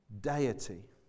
deity